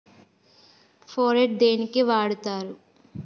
Phorate దేనికి వాడుతరు?